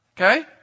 Okay